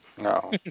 No